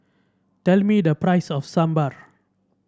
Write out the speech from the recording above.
tell me the price of Sambared